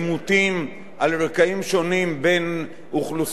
שונים בין אוכלוסיות וקבוצות אוכלוסייה שונות.